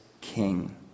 king